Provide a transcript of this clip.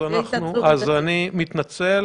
אז אני מתנצל.